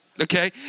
okay